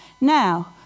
Now